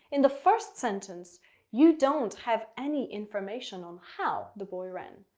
in the first sentence you don't have any information on how the boy ran.